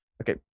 Okay